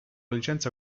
licenza